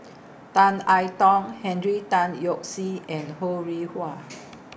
Tan I Tong Henry Tan Yoke See and Ho Rih Hwa